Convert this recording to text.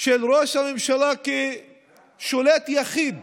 של ראש הממשלה כשולט יחיד